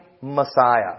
Messiah